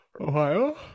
Ohio